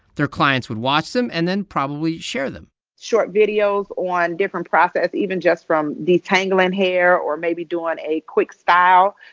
their clients would watch them and then probably share them short videos on different process even just from detangling hair or maybe doing a quick style,